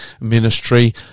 ministry